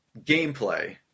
gameplay